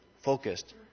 focused